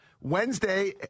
Wednesday